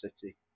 city